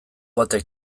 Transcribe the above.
batek